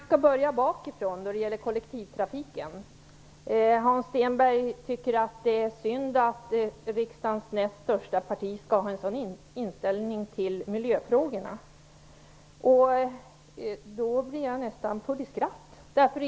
Fru talman! Jag skall börja bakifrån med kollektivtrafiken. Hans Stenberg tycker att det är synd att riksdagens näst största parti skall ha en sådan inställning till miljöfrågorna. Då blir jag nästan full i skratt.